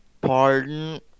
Pardon